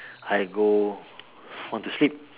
I go home to sleep